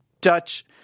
Dutch